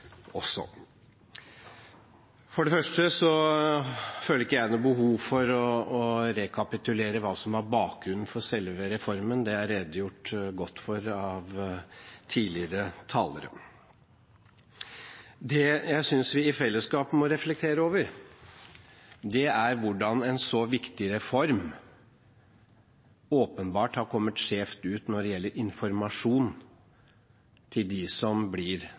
For det første føler ikke jeg noe behov for å rekapitulere hva som var bakgrunnen for selve reformen. Det er det redegjort godt for av tidligere talere. Det jeg synes vi i fellesskap må reflektere over, er hvordan en så viktig reform åpenbart har kommet skjevt ut når det gjelder informasjon til dem som blir